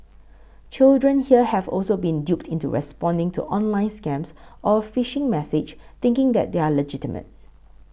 children here have also been duped into responding to online scams or phishing message thinking that they are legitimate